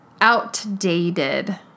outdated